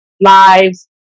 lives